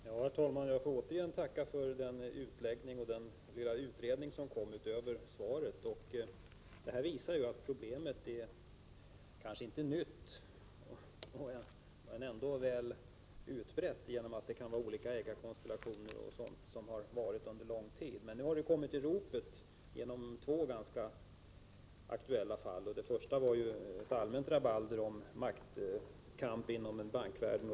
Herr talman! Jag får återigen tacka för den utläggning och den utredning som kom utöver svaret. Det här visar att problemet kanske inte är nytt men ändå väl utbrett på grund av att olika ägarkonstellationer har funnits under lång tid. Men nu har detta förhållande kommit i ropet med anledning av två ganska aktuella fall. I det första fallet var det fråga om ett allmänt rabalder om maktkampen inom bankvärlden.